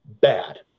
bad